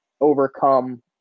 overcome